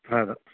ಹೌದು